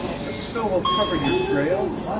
the snow will cover your trail.